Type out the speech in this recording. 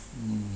mm